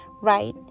right